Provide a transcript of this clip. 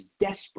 desperate